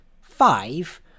five